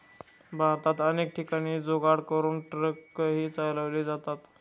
भारतात अनेक ठिकाणी जुगाड करून ट्रकही चालवले जातात